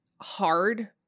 hard